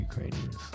Ukrainians